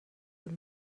the